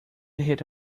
hit